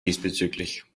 diesbezüglich